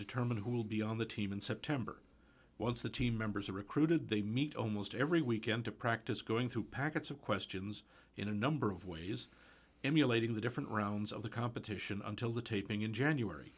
determine who will be on the team in september once the team members are recruited they meet almost every weekend to practice going through packets of questions in a number of ways emulating the different rounds of the competition until the taping in january